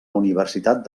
universitat